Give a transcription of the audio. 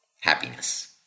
happiness